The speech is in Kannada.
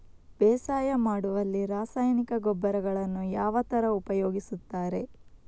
ಬೇಸಾಯ ಮಾಡುವಲ್ಲಿ ರಾಸಾಯನಿಕ ಗೊಬ್ಬರಗಳನ್ನು ಯಾವ ತರ ಉಪಯೋಗಿಸುತ್ತಾರೆ?